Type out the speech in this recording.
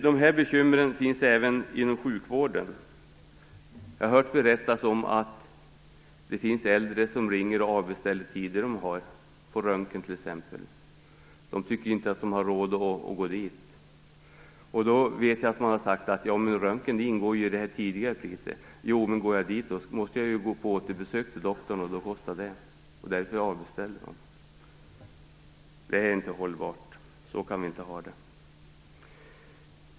Dessa bekymmer finns även inom sjukvården. Jag har hört berättas att det finns äldre som ringer och avbeställer t.ex. röntgentider. De tycker inte att de har råd att gå dit. Röntgen ingår visserligen i den tidigare betalda avgiften, men går de dit måste de sedan gå på återbesök till doktorn, vilket också kostar. Därför avbeställer de. Detta är inte hållbart. Så kan vi inte ha det.